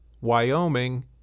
wyoming